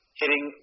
hitting